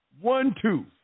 One-two